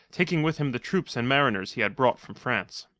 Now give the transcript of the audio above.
taking with him the troops and mariners he had brought from france.